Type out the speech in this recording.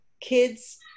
kids